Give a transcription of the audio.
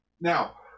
Now